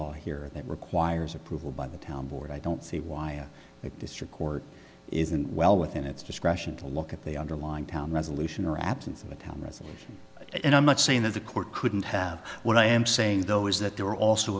law here that requires approval by the town board i don't see why a district court isn't well within its discretion to look at the underlying town resolution or absence of a town resolution and i'm not saying that the court couldn't have what i am saying though is that there were also